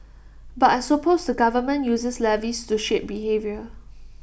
but I suppose the government uses levies to shape behaviour